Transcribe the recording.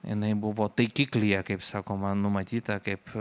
jinai buvo taikiklyje kaip sakoma numatyta kaip